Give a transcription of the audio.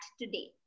today